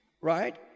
right